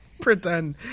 pretend